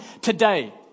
today